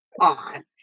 on